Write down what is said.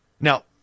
Now